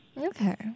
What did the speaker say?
Okay